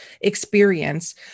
experience